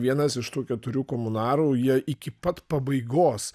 vienas iš tų keturių komunarų jie iki pat pabaigos